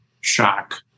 shock